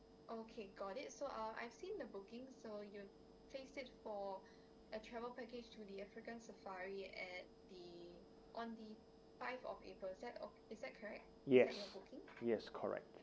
yes yes correct